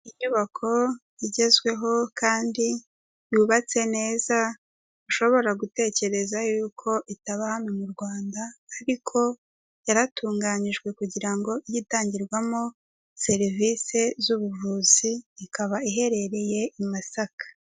Inyubako igezweho kandi yubatse neza, ushobora gutekereza yuko itaba hano mu Rwanda ariko yaratunganyijwe kugira ngo ijye itangirwamo serivisi z'ubuvuzi, ikaba iherereye i Masaka.